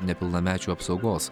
nepilnamečių apsaugos